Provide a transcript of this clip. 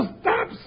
stop